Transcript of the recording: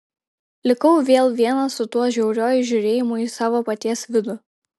likau vėl vienas su tuo žiauriuoju žiūrėjimu į savo paties vidų